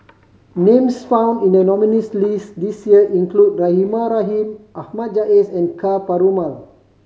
names found in the nominees' list this year include Rahimah Rahim Ahmad Jais and Ka Perumal